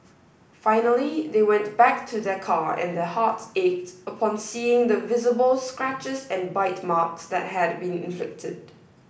finally they went back to their car and their hearts ached upon seeing the visible scratches and bite marks that had been inflicted